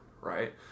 right